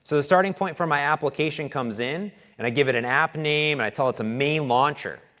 so the starting point for my application comes in and i give it an app name, and i tell it's a main launcher.